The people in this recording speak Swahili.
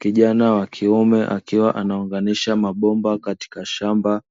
Kijana wa kiume akiwa anaunganisha mabomba katika shamba